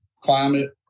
climate